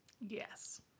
Yes